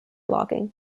logging